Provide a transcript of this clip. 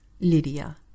Lydia